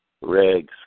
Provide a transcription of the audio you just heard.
Reg's